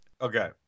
Okay